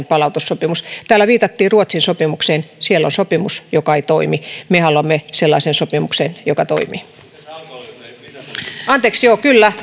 palautussopimus täällä viitattiin ruotsin sopimukseen siellä on sopimus joka ei toimi me haluamme sellaisen sopimuksen joka toimii anteeksi joo kyllä